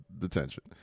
detention